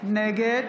נגד